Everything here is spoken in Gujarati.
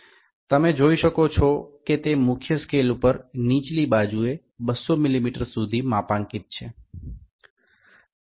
તમે જોઈ શકો છો કે તે મુખ્ય સ્કેલ પર નીચલી બાજુએ 200મીમી સુધી માપાંકિત છે